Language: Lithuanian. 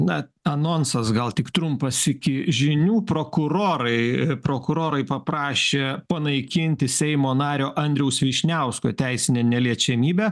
na anonsas gal tik trumpas iki žinių prokurorai prokurorai paprašė panaikinti seimo nario andriaus vyšniausko teisinę neliečiamybę